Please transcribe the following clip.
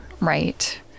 Right